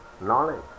knowledge